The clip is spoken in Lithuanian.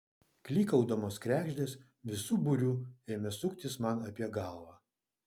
klykaudamos kregždės visu būriu ėmė suktis man apie galvą